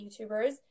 youtubers